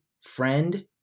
friend